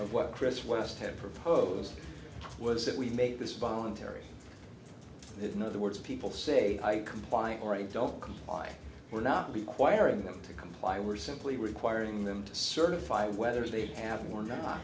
of what chris west had proposed was that we make this voluntary in other words people say i comply or i don't comply we're not requiring them to comply we're simply requiring them to certify whether they have one